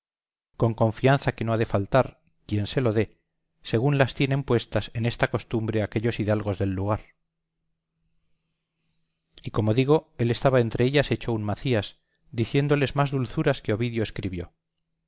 con confianza que no ha de faltar quién se lo dé según las tienen puestas en esta costumbre aquellos hidalgos del lugar y como digo él estaba entre ellas hecho un macías diciéndoles más dulzuras que ovidio escribió